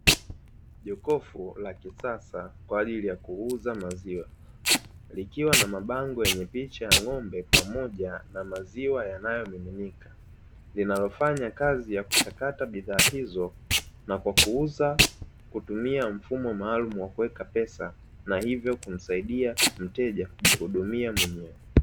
Jokofu la kisasa kwa ajili ya kuuza maziwa, likiwa na mabango yenye picha ya ng'ombe pamoja na maziwa yanayomiminika linalo fanya kazi na kuchakata bidhaa hizo na kwa kuuza kutumia mfumo maalumu wa kuweka pesa na hivyo, humsaidia mteja kujihudumia mwenyewe.